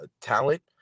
talent